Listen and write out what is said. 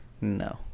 No